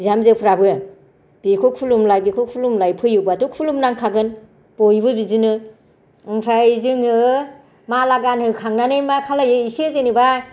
बिहामजोफ्राबो बेखौ खुलुमलाय बेखौ खुलुमलाय फैयोबाथ' खुलुम नांखागोन बयबो बिदिनो ओमफ्राय जोङो माला गानहो खांनानै मा खालामो एसे जेनेबा